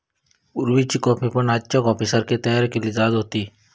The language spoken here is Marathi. पुर्वीची कॉफी पण आजच्या कॉफीसारखी तयार केली जात होती